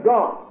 God